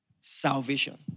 salvation